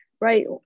right